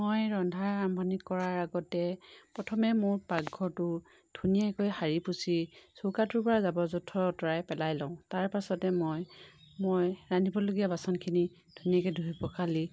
মই ৰন্ধাৰ আৰম্ভণি কৰাৰ আগতে প্ৰথমে মোৰ পাকঘৰটো ধুনীয়াকৈ সাৰি পুছি চৌকাটোৰ পৰা জাবৰ জোঁথৰ আঁতৰাই পেলাই লওঁ তাৰ পাছতে মই মই ৰান্ধিবলগীয়া বাচনখিনি ধুনীয়াকৈ ধুই পখালি